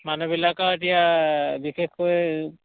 মানুহবিলাকৰ এতিয়া বিশেষকৈ